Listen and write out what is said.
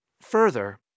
Further